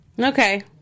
Okay